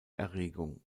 erregung